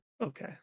Okay